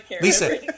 Lisa